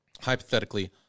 hypothetically